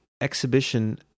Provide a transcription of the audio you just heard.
exhibition